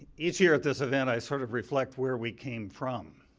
each year at this event, i sort of reflect where we came from.